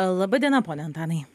laba diena pone antanai